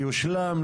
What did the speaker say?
יושלם,